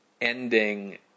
ending